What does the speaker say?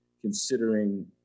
considering